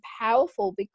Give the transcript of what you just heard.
powerful